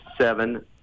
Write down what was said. seven